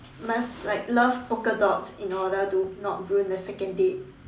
must like love polka dots in order to not ruin the second date